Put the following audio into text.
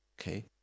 Okay